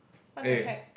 what the heck